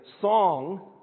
song